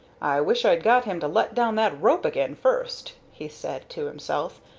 wish i'd got him to let down that rope again first, he said to himself,